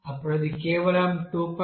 అప్పుడు అది కేవలం 2